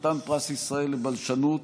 חתן פרס ישראל לבלשנות,